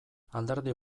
alderdi